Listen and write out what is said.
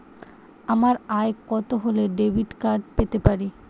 আমার আয় কত হলে ডেবিট কার্ড পেতে পারি?